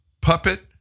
puppet